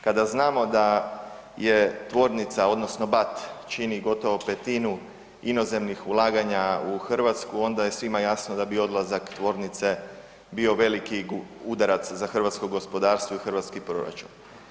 Kada znamo da je tvornica odnosno BAT čini gotovo 5-tinu inozemnih ulaganja u Hrvatsku onda je svima jasno da bi odlazak tvornice bio veliki udarac za hrvatsko gospodarstvo i hrvatski proračun.